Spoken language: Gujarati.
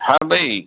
હા ભાઈ